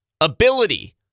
ability